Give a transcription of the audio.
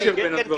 כן, כן, כן.